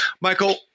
Michael